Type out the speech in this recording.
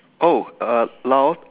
oh uh loud